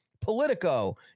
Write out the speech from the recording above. Politico